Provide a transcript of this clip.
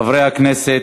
חברי הכנסת,